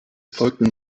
folgten